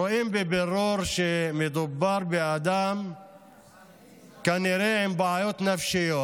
רואים בבירור שמדובר כנראה באדם עם בעיות נפשיות.